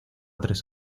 tres